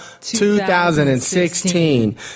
2016